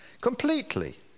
completely